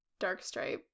Darkstripe